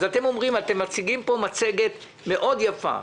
אתם מציגים פה מצגת יפה מאוד,